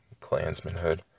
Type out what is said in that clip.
clansmanhood